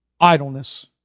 idleness